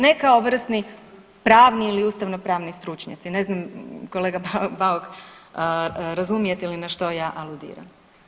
Ne kao vrsni pravni ili ustavnopravni stručnjaci, ne znam kolega Bauk razumijete li na što ja aludiram.